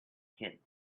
kids